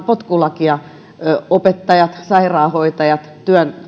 potkulakia vastustavat opettajat sairaanhoitajat